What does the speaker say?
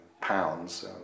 pounds